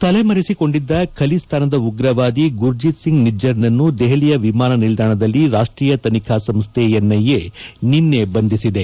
ತಲೆಮರೆಸಿಕೊಂಡಿದ್ದ ಖಲಿಸ್ತಾನದ ಉಗ್ರವಾದಿ ಗುರ್ದೀತ್ ಸಿಂಗ್ ನಿಜ್ಜರ್ನನ್ನು ದೆಹಲಿಯ ವಿಮಾನ ನಿಲ್ದಾಣದಲ್ಲಿ ರಾಷ್ಟೀಯ ತನಿಖಾ ಸಂಸ್ಥೆ ಎನ್ಐಎ ನಿನ್ನೆ ಬಂಧಿಸಿದೆ